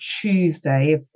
Tuesday